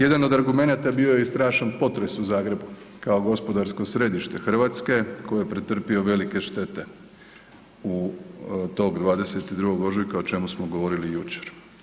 Jedan od argumenata bio je i strašan potres u Zagrebu kao gospodarsko središte RH koji je pretrpio velike štete tog 22. ožujka o čemu smo govorili jučer.